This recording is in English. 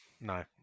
No